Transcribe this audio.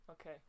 Okay